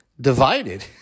divided